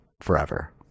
forever